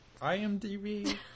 imdb